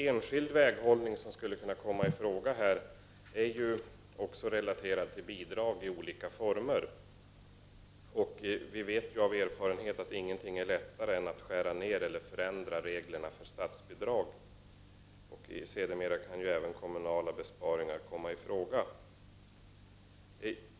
Enskild väghållning som skulle kunna komma i fråga i detta sammanhang är också relaterad till bidrag i olika former. Men vi vet av erfarenhet att ingenting är lättare än att skära ned eller förändra reglerna för statsbidrag. Och sedermera kan ju även kommunala besparingar komma i fråga.